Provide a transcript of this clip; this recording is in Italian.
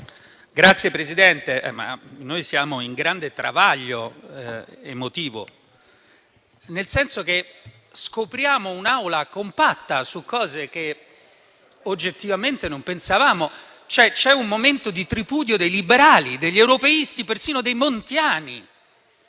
Signor Presidente, siamo in grande travaglio emotivo, nel senso che scopriamo un'Aula compatta su cose che oggettivamente non pensavamo, cioè c'è un momento di tripudio dei liberali, degli europeisti, persino dei montiani.